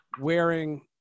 wearing